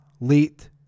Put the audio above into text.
late